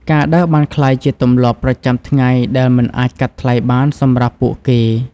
ការដើរបានក្លាយជាទម្លាប់ប្រចាំថ្ងៃដែលមិនអាចកាត់ថ្លៃបានសម្រាប់ពួកគេ។